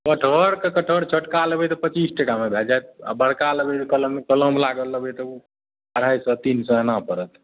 कटहर तऽ कटहर छोटका लेबै तऽ पचीस टका मे भए जाएत आ बड़का लेबै तऽ कलम लागल लेबै तऽ ओ अढ़ाइ सए तीन सए एना पड़त